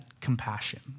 compassion